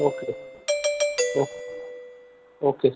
okay okay okay okay sir